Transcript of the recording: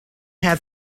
had